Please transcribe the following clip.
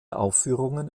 aufführungen